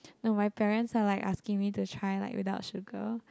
no parents are like asking me to try like without sugar